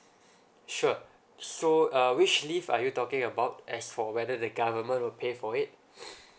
sure so uh which leave are you talking about as for whether the government will pay for it